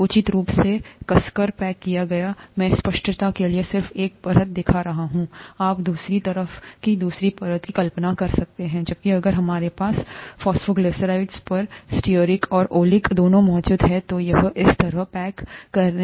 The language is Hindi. उचित रूप से कसकर पैक किया गया मैं स्पष्टता के लिए सिर्फ एक परत दिखा रहा हूं आप दूसरी तरफ की दूसरी परत की कल्पना कर सकते हैं जबकि अगर हमारे पास फॉस्फोग्लिसराइड्स पर स्टीयरिक और ओलिक दोनों मौजूद हैं तो यह इस तरह पैक करने जा रहा है